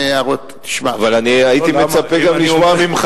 אבל הייתי מצפה גם לשמוע ממך,